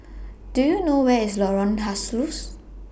Do YOU know Where IS Lorong Halus